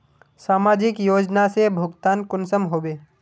समाजिक योजना से भुगतान कुंसम होबे?